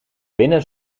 winnen